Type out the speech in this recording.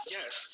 Yes